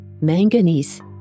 manganese